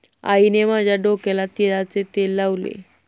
आईने माझ्या डोक्याला तिळाचे तेल लावले